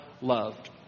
loved